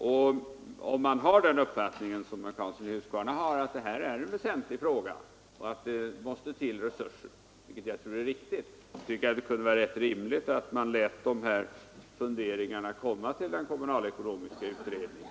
Om man som herr Karlsson i Huskvarna har den uppfattningen att detta är en väsentlig fråga och att det måste till resurser — vilket jag tror är riktigt — tycker jag det är rätt rimligt att man låter de här funderingarna komma till kommunalekonomiska utredningen.